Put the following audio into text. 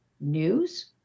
News